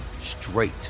straight